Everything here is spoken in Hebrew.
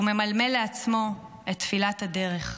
הוא ממלמל לעצמו את תפילת הדרך: